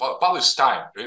Palestine